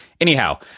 Anyhow